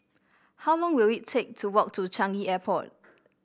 how long will it take to walk to Changi Airport